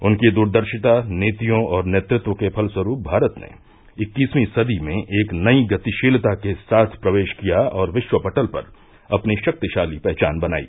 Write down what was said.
उनकी दुरदर्शिता नीतियों और नेतृत्व के फलस्वरूप भारत ने इक्कीसवीं सदी में एक नई गतिशीलता के साथ प्रवेश किया और विश्व पटल पर अपनी शक्तिशाली पहचान बनाई